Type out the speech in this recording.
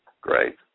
Great